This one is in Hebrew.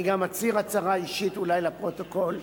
אני גם מצהיר הצהרה אישית, אולי לפרוטוקול: